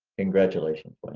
congratulations, wei.